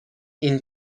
این